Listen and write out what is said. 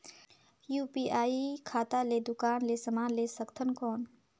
UPI खाता ले दुकान ले समान ले सकथन कौन?